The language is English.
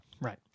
Right